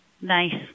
Nice